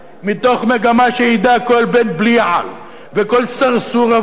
מתוך מגמה שידע כל בן-בליעל, וכל סרסור עבודה,